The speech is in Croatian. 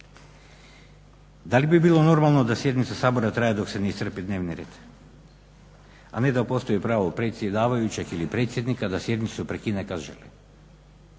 Da li bi bilo normalno da sjednica Sabora traje dok se ne iscrpi dnevni red, a ne da postoji pravo predsjedavajućeg ili predsjednika da sjednicu prekine kad želi?